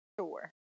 Sure